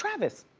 travis?